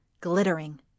glittering